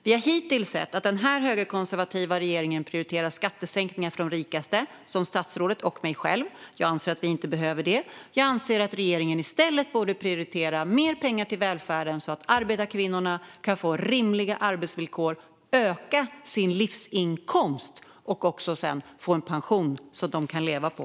Vi har hittills sett att den högerkonservativa regeringen prioriterar skattesänkningar för de rikaste, som statsrådet och mig själv. Jag anser att vi inte behöver det. Regeringen borde i stället prioritera mer pengar till välfärden så att arbetarkvinnorna kan få rimliga arbetsvillkor, öka sin livsinkomst och sedan få en pension som de kan leva på.